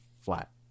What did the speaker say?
flat